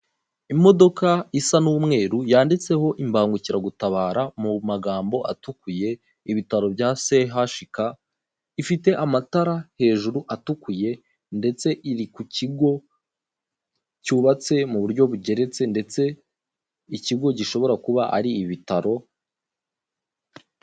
Imodoka isa nk'umweru yanditseho imbangukira gutabara mumagambo atukuye ibataro bya CHUK ifite amatara hejuru atukuye ndetse iri ku kigo cyubatse mu buryo bugeretse ndetse ikigo gishobora kuba ari abitaro..